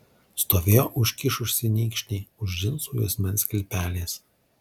stovėjo užkišusi nykštį už džinsų juosmens kilpelės